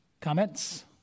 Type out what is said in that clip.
Comments